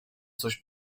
coś